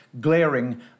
glaring